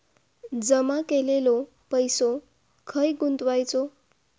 जमा केलेलो पैसो खय गुंतवायचो?